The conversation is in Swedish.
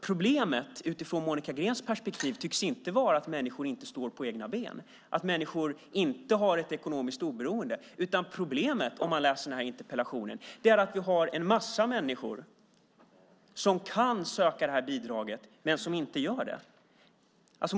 Problemet utifrån Monica Greens perspektiv tycks inte vara att människor inte står på egna ben, att människor inte har ett ekonomiskt oberoende. Om man läser interpellationen tycks problemet vara att vi har en massa människor som kan söka bidraget men som inte gör det.